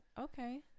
okay